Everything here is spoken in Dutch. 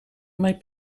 mijn